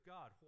God